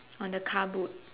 on the car boat